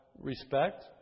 respect